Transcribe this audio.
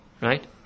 right